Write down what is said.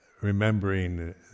remembering